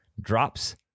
drops